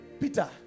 Peter